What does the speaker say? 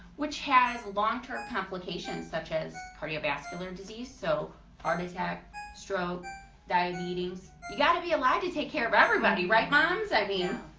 which has long-term complications such as cardiovascular disease so heart attack stroke diabetes you got to be alive to take care of everybody, right mom's? i mean